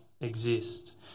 exist